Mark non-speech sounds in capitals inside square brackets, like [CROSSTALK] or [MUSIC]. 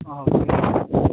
[UNINTELLIGIBLE]